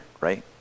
right